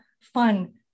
fun